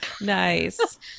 Nice